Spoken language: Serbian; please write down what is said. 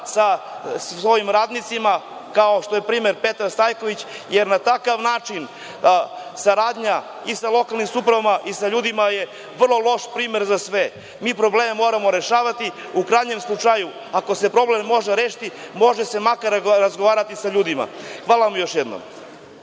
sa svojim radnicima, kao što je primer Petar Stajković, jer na takav način saradnja i sa lokalnim samoupravama i sa ljudima je vrlo loš primer za sve. Mi probleme moramo rešavati. U krajnjem slučaju, ako se problem ne može rešiti, može se makar razgovarati sa ljudima. Hvala vam još jednom.